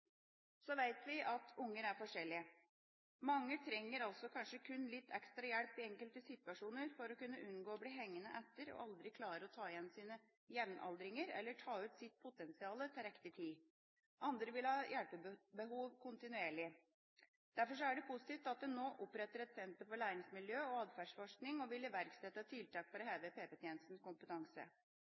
Så vet vi at unger er forskjellige. Mange trenger altså kanskje kun litt ekstra hjelp i enkelte situasjoner for å kunne unngå å bli hengende etter og aldri klare å ta igjen sine jamaldringer eller ta ut sitt potensial til riktig tid. Andre vil ha hjelpebehov kontinuerlig. Derfor er det positivt at en nå oppretter et senter for læringsmiljø og atferdsforskning og vil iverksette tiltak for å heve PP-tjenestens kompetanse.